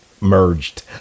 merged